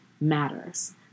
matters